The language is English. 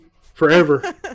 Forever